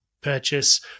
purchase